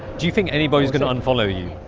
do you think anybody's going to unfollow you?